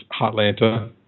Hotlanta